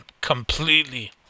completely